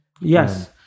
Yes